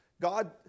God